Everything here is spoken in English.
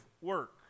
work